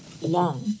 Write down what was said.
long